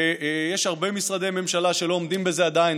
ויש הרבה משרדי ממשלה שלא עומדים בזה עדיין,